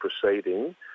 proceeding